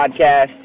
podcast